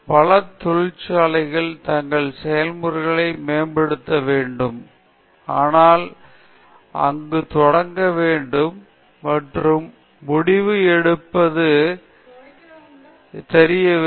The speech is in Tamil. பல தொழிற்சாலைகள் தங்கள் செயல்முறைகளை மேம்படுத்த வேண்டும் ஆனால் எங்கு தொடங்க வேண்டும் மற்றும் முடிவு எடுப்பது என்று தெரியவில்லை